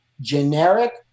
generic